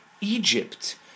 Egypt